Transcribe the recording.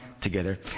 together